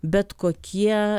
bet kokie